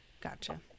Gotcha